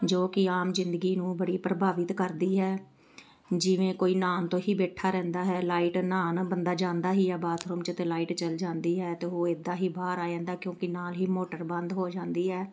ਜੋ ਕਿ ਆਮ ਜ਼ਿੰਦਗੀ ਨੂੰ ਬੜੀ ਪ੍ਰਭਾਵਿਤ ਕਰਦੀ ਹੈ ਜਿਵੇਂ ਕੋਈ ਨਹਾਉਣ ਤੋਂ ਹੀ ਬੈਠਾ ਰਹਿੰਦਾ ਹੈ ਲਾਈਟ ਨਹਾਉਣ ਬੰਦਾ ਜਾਂਦਾ ਹੀ ਆ ਬਾਥਰੂਮ 'ਚ ਅਤੇ ਲਾਈਟ ਚੱਲ ਜਾਂਦੀ ਹੈ ਅਤੇ ਉਹ ਇੱਦਾਂ ਹੀ ਬਾਹਰ ਆ ਜਾਂਦਾ ਕਿਉਂਕਿ ਨਾਲ ਹੀ ਮੋਟਰ ਬੰਦ ਹੋ ਜਾਂਦੀ ਹੈ